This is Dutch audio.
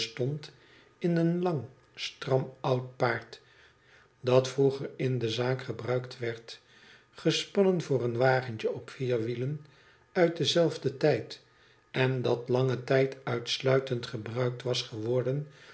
in een lang stram oud paard dat vroeger in de zaak gebruikt werd gespannen voor een wagentje op vier wielen uit denzelfden tijd en dat langen tijd uitsluitend gebruikt was geworden